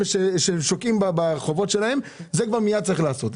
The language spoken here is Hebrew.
וששוקעים בחובות שלהם וזה מייד צריך לעבשות.